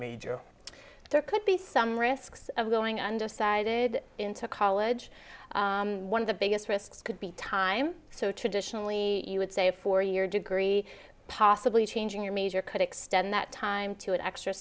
jew there could be some risks of going undecided into college one of the biggest risks could be time so traditionally you would say a four year degree possibly changing your major could extend that time to